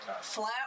flat